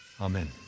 Amen